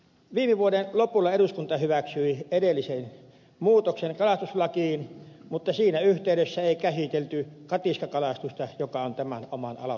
viime vuoden lopulla eduskunta hyväksyi edellisen muutoksen kalastuslakiin mutta siinä yhteydessä ei käsitelty katiskakalastusta joka on tämän oman aloitteeni ydin